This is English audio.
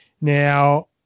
Now